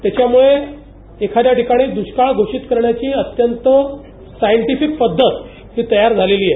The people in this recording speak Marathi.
त्याच्यामुळे एखाद्या ठिकाणी दृष्काळ घोषीत करण्याची अत्यंत शास्त्रशुद्ध पद्धत ही तयार झालेली आहे